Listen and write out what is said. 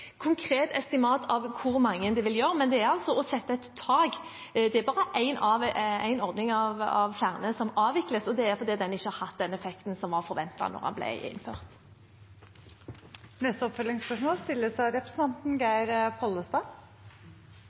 konkret estimat av hvor mange det vil utgjøre. Men det er altså å sette et tak. Det er bare én ordning av flere som avvikles, og det er fordi den ikke har hatt den effekten som var forventet da den ble innført. Geir Pollestad – til oppfølgingsspørsmål.